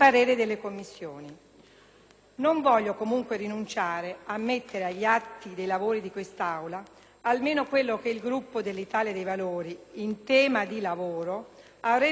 Non voglio comunque rinunciare a far rimanere agli atti dei lavori di quest'Aula almeno quello che il Gruppo dell'Italia dei Valori in tema di lavoro avrebbe voluto modificare,